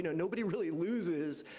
nobody really loses,